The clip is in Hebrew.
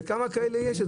וכמה כאלה יש?